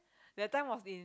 that time was in